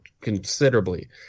considerably